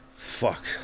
Fuck